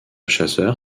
chasseur